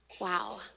Wow